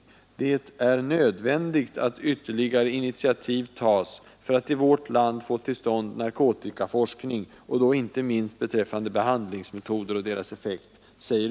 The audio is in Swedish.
Utskottet framhåller på s. 33 att ”det är nödvändigt att ytterligare initiativ tas för att i vårt land få till stånd narkotikaforskning och då inte minst beträffande behandlingsmetoder och deras effekt”.